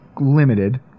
limited